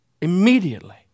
Immediately